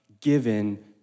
given